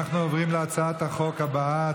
אנחנו עוברים להצעת החוק הבאה,